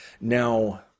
Now